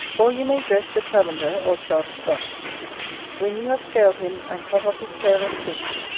or you may dress the chavender or chub thus when you have scaled him, and cut off his tail and fins,